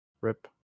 Rip